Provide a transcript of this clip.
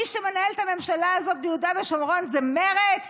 מי שמנהל את הממשלה הזאת ביהודה ושומרון זה מרצ?